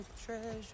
treasure